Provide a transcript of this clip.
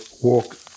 walk